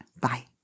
Bye